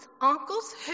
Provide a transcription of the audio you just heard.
uncles